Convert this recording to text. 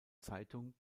zeitung